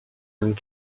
une